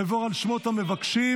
אעבור על שמות המבקשים.